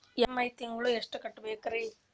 EMI ತಿಂಗಳ ಎಷ್ಟು ಕಟ್ಬಕ್ರೀ?